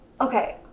okay